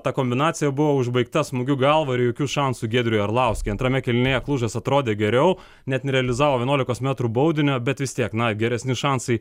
ta kombinacija buvo užbaigta smūgiu galva ir jokių šansų giedriui arlauskiui antrame kėlinyje klužas atrodė geriau net nerealizavo vienuolikos metrų baudinio bet vis tiek na geresni šansai